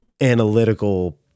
analytical